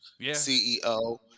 CEO